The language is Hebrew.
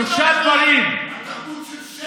שלושה דברים, תרבות של שקר.